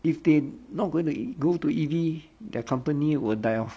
if they not going to go to E_V their company will die off